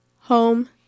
Home